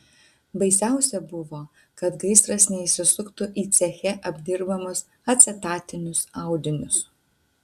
baisiausia buvo kad gaisras neįsisuktų į ceche apdirbamus acetatinius audinius